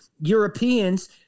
Europeans